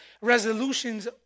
resolutions